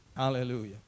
Hallelujah